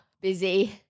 Busy